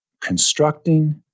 constructing